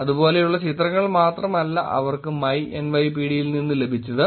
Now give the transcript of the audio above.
അതുപോലെയുള്ള ചിത്രങ്ങൾ മാത്രമല്ല അവർക്ക് my NYPD ൽ നിന്ന് ലഭിച്ചത്